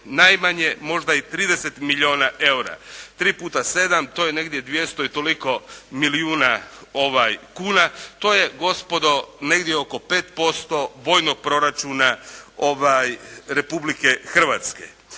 najmanje, možda i 30 milijuna eura. 3 puta 7, to je negdje 200 i toliko milijuna kuna, to je gospodo negdje oko 5% vojnog proračuna Republike Hrvatske.